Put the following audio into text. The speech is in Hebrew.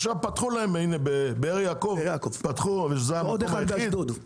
עכשיו פתחו להם בבאר יעקב ובאשדוד.